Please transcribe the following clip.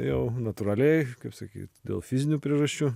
jau natūraliai kaip sakyt dėl fizinių priežasčių